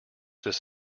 this